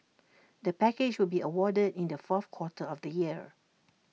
the package will be awarded in the fourth quarter of the year